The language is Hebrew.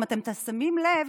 אם אתם שמים לב,